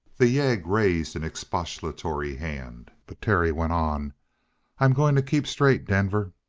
the yegg raised an expostulatory hand, but terry went on i'm going to keep straight, denver.